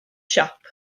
siop